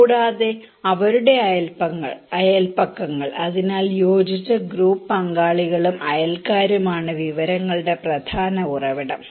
കൂടാതെ അവരുടെ അയൽപക്കങ്ങൾ അതിനാൽ യോജിച്ച ഗ്രൂപ്പ് പങ്കാളികളും അയൽക്കാരുമാണ് വിവരങ്ങളുടെ പ്രധാന ഉറവിടം